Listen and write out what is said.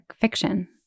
fiction